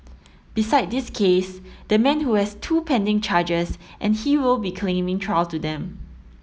besides this case the man who has two pending charges and he will be claiming trial to them